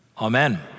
Amen